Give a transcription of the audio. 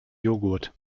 jogurt